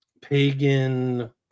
pagan